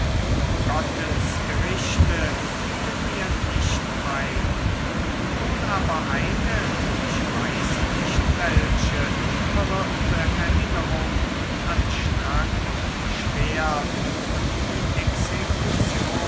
gottes gerichte fielen mir nicht ein wohl aber eine ich weiß nicht welche verwirrte erinnerung an strang und schwert und die exekution